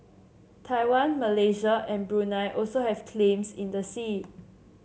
Taiwan Malaysia and Brunei also have claims in the sea